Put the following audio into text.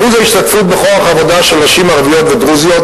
אחוז ההשתתפות בכוח העבודה של נשים ערביות ודרוזיות,